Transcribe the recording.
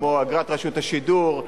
כמו אגרת רשות השידור,